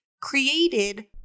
created